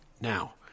Now